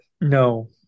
No